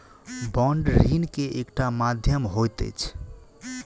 bond ऋण के एकटा माध्यम होइत अछि